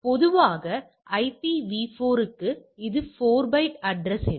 எனவே அதற்காக நான் ஒரு கை வர்க்க சோதனையைப் பயன்படுத்தலாம்